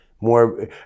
more